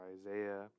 Isaiah